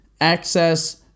access